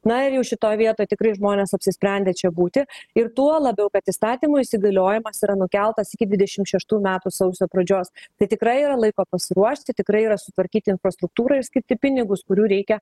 na ir jau šitoj vietoj tikrai žmonės apsisprendė čia būti ir tuo labiau kad įstatymo įsigaliojimas yra nukeltas iki dvidešimt šeštų metų sausio pradžios tai tikrai yra laiko pasiruošti tikrai yra sutvarkyti infrastruktūrą ir skirti pinigus kurių reikia